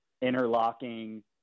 interlocking